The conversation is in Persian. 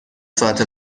ساعت